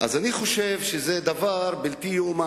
אני חושב שזה לא ייאמן,